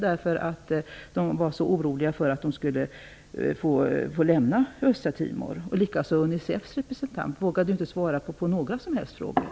De var så oroliga för att de skulle få lämna Östra Timor. Inte heller Unicefs representant vågade svara på några som helst frågor.